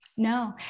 No